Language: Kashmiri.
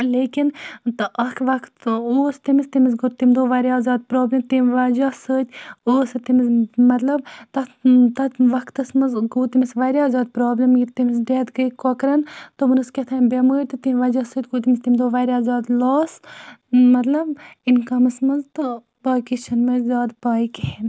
لیکِن تہٕ اَکھ وقت اوس تٔمِس تٔمِس گوٚو تمہِ دۄہ واریاہ زیادٕ پرابلِم تمہِ وجہ سۭتۍ ٲس تٔمِس مطلب تَتھ تَتھ وَقتَس منٛز گوٚو تٔمِس واریاہ زیادٕ پرابلِم ییٚلہِ تٔمِس ڈیتھ گٔے کۄکرَن تمَن ٲس کیٛاہ تھانۍ بیمٲرۍ تہٕ تمہِ وجہ سۭتۍ گوٚو تٔمس تمہِ دۄہ واریاہ زیادٕ لاس مطلب اِنکَمَس منٛز تہٕ باقٕے چھِنہٕ مے زیادٕ پَے کِہیٖنۍ